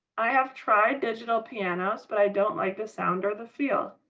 i have tried digital pianos but i don't like the sound or the feel.